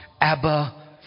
Abba